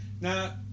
Now